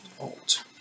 Alt